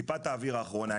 טיפת האויר האחרונה.